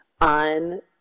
on